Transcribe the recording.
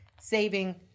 saving